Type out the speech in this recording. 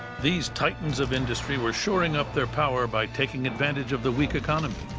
these titans of industry were shoring up their power by taking advantage of the weak economy